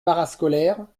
parascolaire